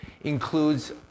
includes